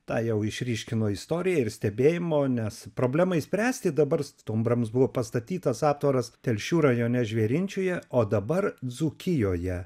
tą jau išryškino istorija ir stebėjimo nes problemai spręsti dabar stumbrams buvo pastatytas aptvaras telšių rajone žvėrinčiuje o dabar dzūkijoje